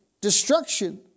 destruction